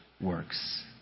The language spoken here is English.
works